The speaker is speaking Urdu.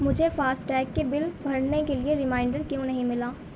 مجھے فاسٹیگ کے بل بھرنے کے لیے ریمائنڈر کیوں نہیں ملا